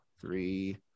three